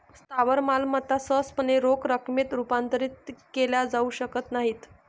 स्थावर मालमत्ता सहजपणे रोख रकमेत रूपांतरित केल्या जाऊ शकत नाहीत